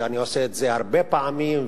ואני עושה את זה הרבה פעמים,